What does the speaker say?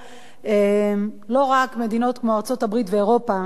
לא רק מדינות כמו ארצות-הברית ובאירופה,